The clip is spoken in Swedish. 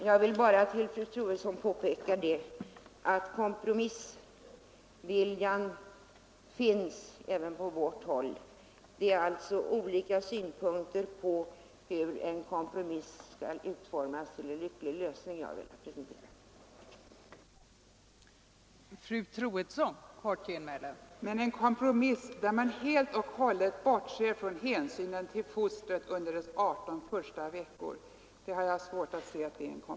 Fru talman! Jag vill bara för fru Troedsson påpeka att kompromissviljan finns även på vårt håll. Det är alltså olika synpunkter på hur en kompromiss skall utformas för att det skall bli en lycklig lösning som jag har presenterat.